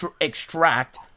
extract